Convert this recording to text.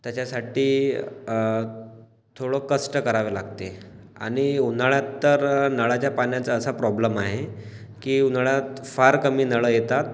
त्याच्यासाठी थोडं कष्ट करावे लागते आणि उन्हाळ्यात तर नळाच्या पाण्याचा असा प्रॉब्लेम आहे की उन्हाळ्यात फार कमी नळ येतात